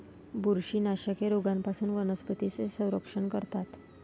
बुरशीनाशके रोगांपासून वनस्पतींचे संरक्षण करतात